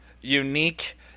Unique